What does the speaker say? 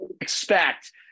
expect